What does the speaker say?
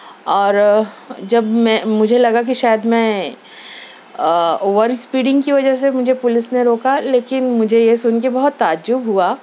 اور جب میں مجھے لگا کہ شاید میں اوور اسپیڈنگ کی وجہ سے مجھے پولیس نے روکا لیکن مجھے یہ سُن کے بہت تعجب ہُوا